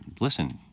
listen